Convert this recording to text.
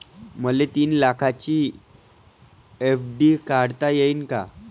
मले तीन लाखाची एफ.डी काढता येईन का?